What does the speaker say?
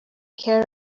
care